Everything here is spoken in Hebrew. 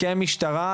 כמשטרה,